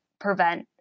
prevent –